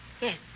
Yes